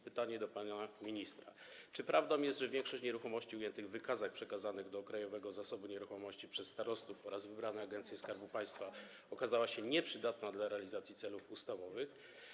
Pytania do pana ministra: Czy prawdą jest, że większość nieruchomości ujętych w wykazach przekazanych do Krajowego Zasobu Nieruchomości przez starostów oraz wybrane agencje Skarbu Państwa okazała się nieprzydatna do realizacji celów ustawowych?